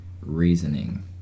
reasoning